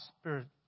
spirit